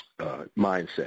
mindset